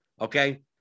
okay